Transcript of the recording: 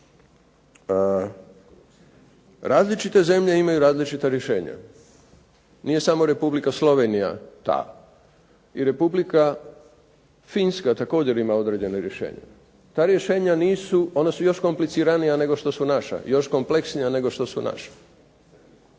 Različite zemlje imaju različita rješenja. Nije samo Republika Slovenija ta. I Republika Finska također ima određena rješenja. Ta rješenja nisu, ona su još kompliciranija nego što su naša, još kompleksnija nego što su naša.